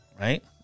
Right